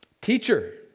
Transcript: teacher